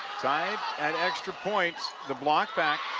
tied at extra points. the block back